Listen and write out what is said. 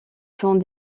sont